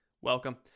Welcome